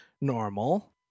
normal